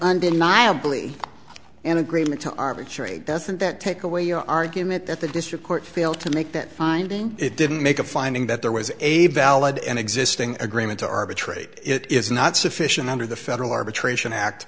undeniably an agreement to arbitrate doesn't that take away your argument that the district court failed to make that finding it didn't make a finding that there was a valid and existing agreement to arbitrate it is not sufficient under the federal arbitration act